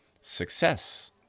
Success